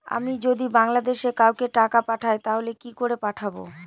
আমি যদি বাংলাদেশে কাউকে টাকা পাঠাই তাহলে কি করে পাঠাবো?